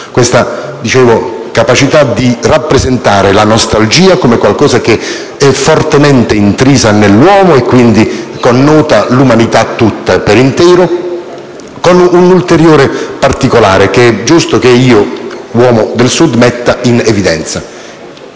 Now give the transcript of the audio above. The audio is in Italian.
la sua capacità di rappresentare la nostalgia come qualcosa fortemente insito nell'uomo e che connota l'umanità intera, con un ulteriore particolare che è giusto che io, uomo del Sud, metta in evidenza: